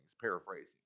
Paraphrasing